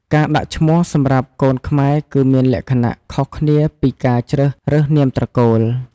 ការដាក់ ឈ្មោះ សម្រាប់កូនខ្មែរ គឺមានលក្ខណៈខុសគ្នាពីការជ្រើសរើសនាមត្រកូល។